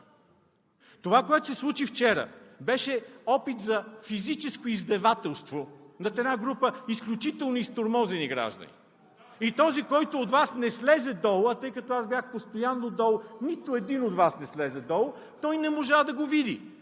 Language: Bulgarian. Това, което се случи вчера, беше опит за физическо издевателство над една група изключително изтормозени граждани. И този от Вас, който не слезе долу, а тъй като аз бях постоянно долу, нито един от Вас не слезе долу, той не можа да го види.